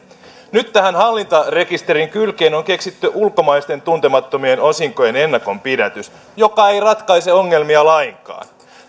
nyt tähän hallintarekisterin kylkeen on on keksitty ulkomaisten tuntemattomien osinkojen ennakonpidätys joka ei ratkaise ongelmia lainkaan